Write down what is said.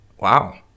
Wow